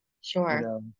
Sure